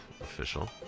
official